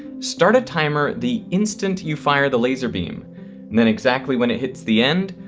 start a timer the instant you fire the laser beam and then exactly when it hits the end,